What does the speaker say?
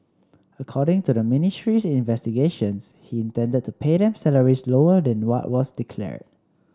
according to the ministry's investigations he intended to pay them salaries lower than what was declared